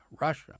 Russia